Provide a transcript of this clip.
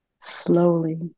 slowly